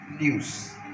news